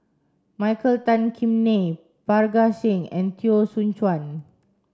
Michael Tan Kim Nei Parga Singh and Teo Soon Chuan